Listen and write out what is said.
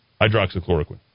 hydroxychloroquine